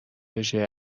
رژه